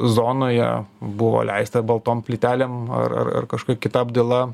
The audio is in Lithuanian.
zonoje buvo leista baltom plytelėm ar ar kažkokia kita apdaila